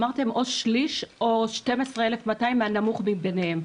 אמרתם או שליש או 12,200, הנמוך מביניהם.